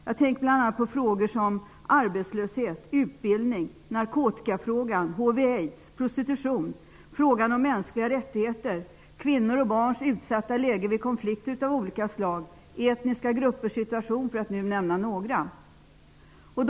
Jag tänker bl.a. på frågor om arbetslöshet, utbildning, narkotika, hiv/aids, prostitution, mänskliga rättigheter, kvinnors och barns utsatta läge vid konflikter av olika slag, etniska gruppers situation -- för att nu nämna några frågor.